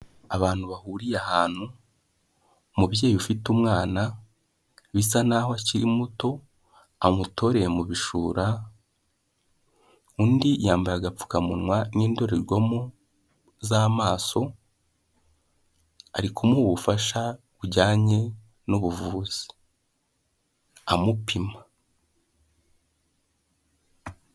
Abantu bahuriye ahantu, umubyeyi ufite umwana bisa nk'aho akiri muto amutoreye mu bishura, undi yambaye agapfukamunwa n'indorerwamo z'amaso, ari kumuha ubufasha bujyanye n'ubuvuzi amupima.